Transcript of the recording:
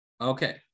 okay